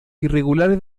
irregulares